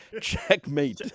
Checkmate